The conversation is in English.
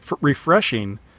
refreshing